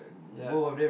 ya